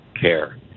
care